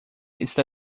está